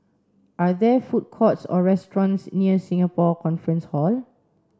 are there food courts or restaurants near Singapore Conference Hall